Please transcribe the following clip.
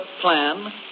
plan